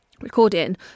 recording